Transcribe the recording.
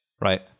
right